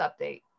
Update